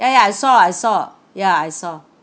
ya ya I saw I saw ya I saw